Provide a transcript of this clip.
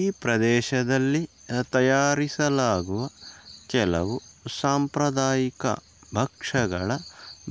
ಈ ಪ್ರದೇಶದಲ್ಲಿ ತಯಾರಿಸಲಾಗುವ ಕೆಲವು ಸಾಂಪ್ರದಾಯಿಕ ಭಕ್ಷ್ಯಗಳ